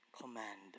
command